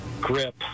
grip